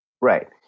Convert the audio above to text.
Right